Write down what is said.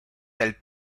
del